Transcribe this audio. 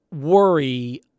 worry